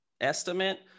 estimate